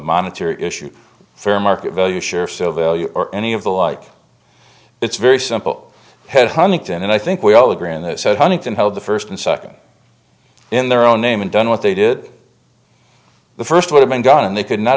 monitor issue fair market value share so value or any of the like it's very simple head hunted down and i think we all agree on that said huntington how the first and second in their own name and done what they did the first would have been gone and they could not